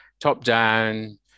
top-down